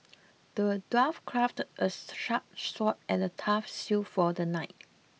the dwarf crafted a sharp sword and a tough shield for the knight